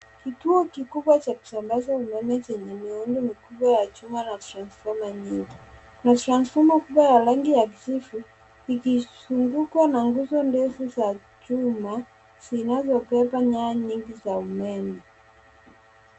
Kituo kikubwa cha kusambaza umeme chenye miundo mikubwa ya chuma na transfoma nyingi. Kuna transfoma kubwa ya rangi ya kijivu, ikizungukwa na nguzo ndefu za chuma, zinazobeba nyaya nyingi za umeme.